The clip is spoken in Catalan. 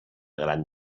gran